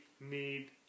need